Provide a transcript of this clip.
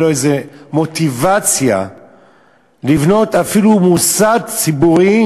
לו איזו מוטיבציה לבנות אפילו מוסד ציבורי